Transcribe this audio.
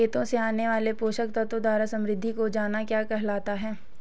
खेतों से आने वाले पोषक तत्वों द्वारा समृद्धि हो जाना क्या कहलाता है?